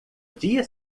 dia